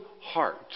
heart